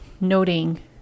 noting